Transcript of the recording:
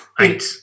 eight